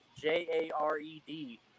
J-A-R-E-D